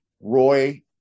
Roy